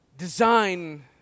design